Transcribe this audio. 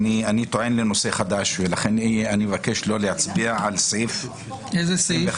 אני טוען לנושא חדש ולכן אני מבקש לא להצביע על סעיף (3).